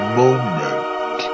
moment